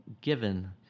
given